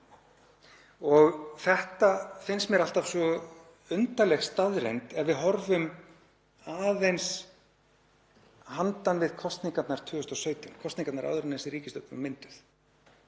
Þetta finnst mér alltaf svo undarleg staðreynd ef við horfum aðeins handan við kosningarnar 2017, kosningarnar áður en þessi ríkisstjórn var mynduð.